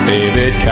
David